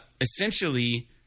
essentially